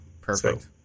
perfect